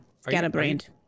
scatterbrained